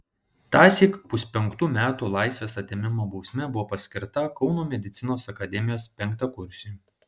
tąsyk puspenktų metų laisvės atėmimo bausmė buvo paskirta kauno medicinos akademijos penktakursiui